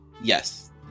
yes